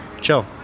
chill